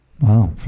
Wow